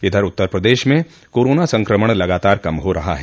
इधर उत्तर प्रदेश में कोरोना संक्रमण लगातार कम हो रहा है